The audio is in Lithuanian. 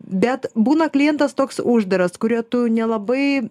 bet būna klientas toks uždaras kurio tu nelabai